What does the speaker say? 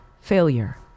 failure